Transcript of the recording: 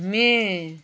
मे